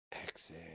Exhale